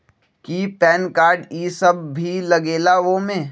कि PAN card इ सब भी लगेगा वो में?